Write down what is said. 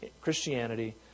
Christianity